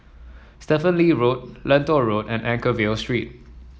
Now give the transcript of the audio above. Stephen Lee Road Lentor Road and Anchorvale Street